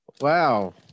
Wow